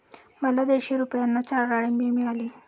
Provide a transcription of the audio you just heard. मला दीडशे रुपयांना चार डाळींबे मिळाली